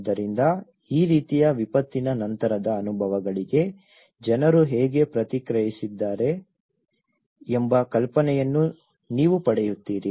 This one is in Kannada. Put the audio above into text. ಆದ್ದರಿಂದ ಈ ರೀತಿಯ ವಿಪತ್ತಿನ ನಂತರದ ಅನುಭವಗಳಿಗೆ ಜನರು ಹೇಗೆ ಪ್ರತಿಕ್ರಿಯಿಸಿದ್ದಾರೆ ಎಂಬ ಕಲ್ಪನೆಯನ್ನು ನೀವು ಪಡೆಯುತ್ತೀರಿ